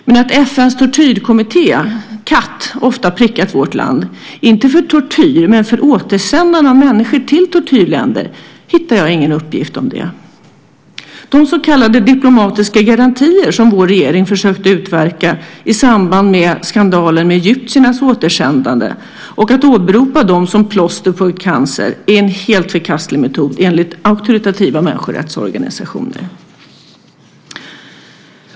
Men att FN:s kommitté mot tortyr, CAT, ofta har prickat vårt land, inte för tortyr men för återsändande av människor till tortyrländer, hittar jag ingen uppgift om. De så kallade diplomatiska garantier som vår regering försökt utverka i samband med skandalen med egyptiernas återsändande och att åberopa dem som plåster för cancer är en helt förkastlig metod enligt auktoritativa människorättsorganisationer.